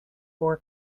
four